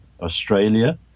Australia